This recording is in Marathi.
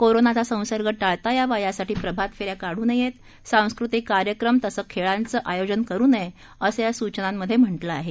कोरोनाचा संसर्ग टाळता यावा यासाठी प्रभात फेऱ्या काढू नयेत सांस्कृतिक कार्यक्रम तसंच खेळांचं आयोजन करू नये असं या सूचनांमधे म्हटलं आहे